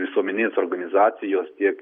visuomeninės organizacijos tiek